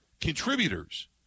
contributors